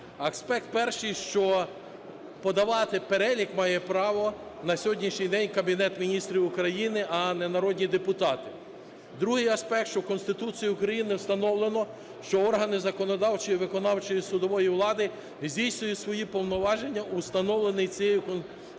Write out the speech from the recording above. Аспект перший, що подавати перелік має право на сьогоднішній день Кабінет Міністрів України, а не народні депутати. Другий аспект, що в Конституції України встановлено, що органи законодавчої, виконавчої і судової влади здійснюють свої повноваження в установлений цією Конституцією